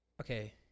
Okay